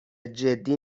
جدی